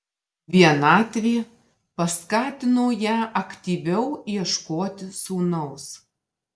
vienatvė paskatino ją aktyviau ieškoti sūnaus